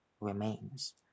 remains